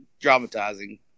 Dramatizing